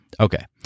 Okay